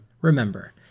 Remember